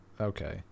Okay